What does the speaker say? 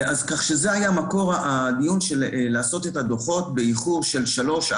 זה היה מקור הדיון של לעשות את הדוחות באיחור של שלוש,